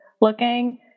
looking